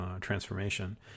transformation